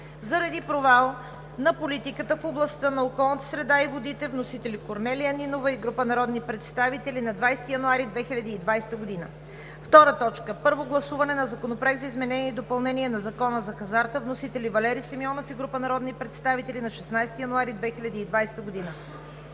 заради провал на политиката в областта на околната среда и водите. Вносители – Корнелия Нинова и група народни представители, 20 януари 2020 г. 2. Първо гласуване на Законопроекта за изменение и допълнение на Закона за хазарта. Вносители – Валери Симеонов и група народни представители, 16 януари 2020 г.